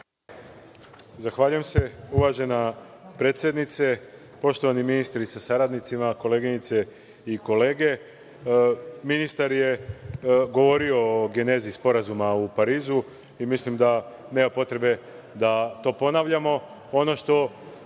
Zahvaljujem se, uvažena predsednice. Poštovani ministri sa saradnicima, koleginice i kolege, ministar je govorio o genezi Sporazuma u Parizu i mislim da nema potrebe da to ponavljamo. Ono što